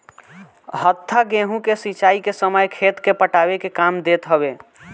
हत्था गेंहू के सिंचाई के समय खेत के पटावे के काम देत हवे